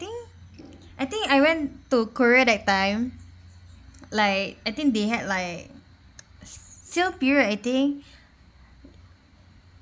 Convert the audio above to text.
think I think I went to korea that time like I think they had like sale period I think